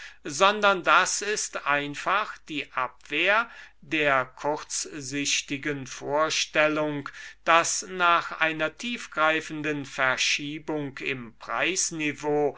sondern das ist einfach die abwehr der kurzsichtigen vorstellung daß nach einer tiefgreifenden i verschiebung im preisniveau